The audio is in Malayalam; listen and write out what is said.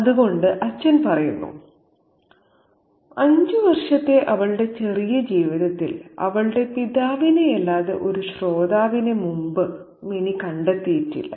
അതുകൊണ്ട് അച്ഛൻ പറയുന്നു "അഞ്ചുവർഷത്തെ അവളുടെ ചെറിയ ജീവിതത്തിൽ അവളുടെ പിതാവിനെയല്ലാതെ ഒരു ശ്രോതാവിനെ മുമ്പ് മിനി കണ്ടെത്തിയിട്ടില്ല